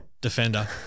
Defender